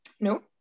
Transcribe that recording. No